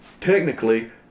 Technically